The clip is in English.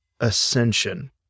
ascension